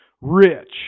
rich